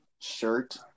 shirt